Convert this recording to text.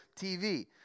TV